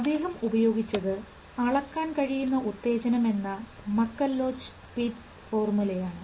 അദ്ദേഹം ഉപയോഗിച്ചത് അളക്കാൻ കഴിയുന്ന ഉത്തേജനം എന്ന മക്കല്ലോച്ച് പിറ്റ്സ് ഫോർമുലയാണ്